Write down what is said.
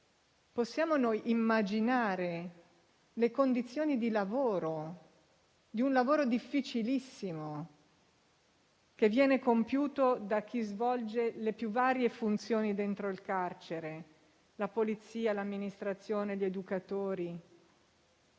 Possiamo immaginare le condizioni di lavoro di un mestiere difficilissimo che viene compiuto da chi svolge le più varie funzioni dentro il carcere (la Polizia, l'amministrazione, gli educatori,